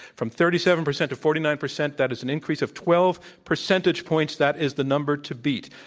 from thirty seven percent to forty nine percent. that is an increase of twelve percentage points. that is the number to beat.